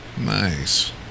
Nice